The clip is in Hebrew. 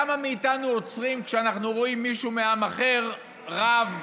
כמה מאיתנו עוצרים כשאנחנו רואים מישהו מעם אחר רב,